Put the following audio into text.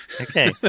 Okay